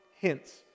hints